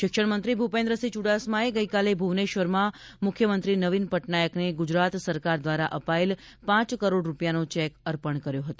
શિક્ષણમંત્રી ભુપેન્દ્રસિંહ ચુડાસમાએ ગઇકાલે ભુવનેશ્વરમાં મુખ્યમંત્રી નવીન પટનાયકને ગુજરાત સરકાર દ્વારા અપાયેલ પ કરોડ રૂપિયાનો ચેક અર્પણ કર્યો હતો